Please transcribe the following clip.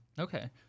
Okay